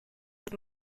with